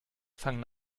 fangen